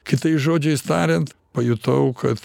kitais žodžiais tariant pajutau kad